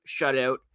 shutout